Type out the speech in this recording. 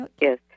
Yes